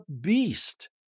beast